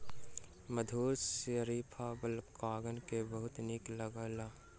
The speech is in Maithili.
मधुर शरीफा बालकगण के बहुत नीक लागल